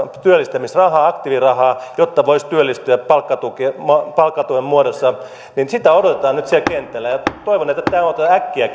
työllistämisrahaa aktiivirahaa jotta he voisivat työllistyä palkkatuen muodossa sitä odotetaan nyt siellä kentällä ja toivon että tämä otetaan äkkiä